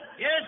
Yes